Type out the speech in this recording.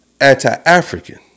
anti-African